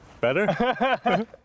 better